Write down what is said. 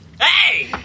Hey